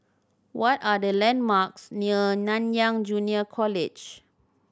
what are the landmarks near Nanyang Junior College